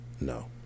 No